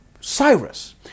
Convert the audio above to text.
Cyrus